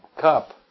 cup